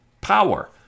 power